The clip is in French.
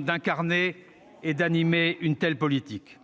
d'incarner et d'animer une telle politique.